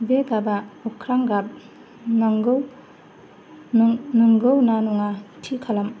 बे गाबा अख्रां गाब नोंगौ नोंगौ ना नङा थि खालाम